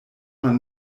man